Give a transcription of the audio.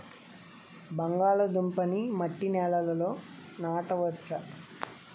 బంగాళదుంప నీ మట్టి నేలల్లో నాట వచ్చా?